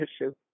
issue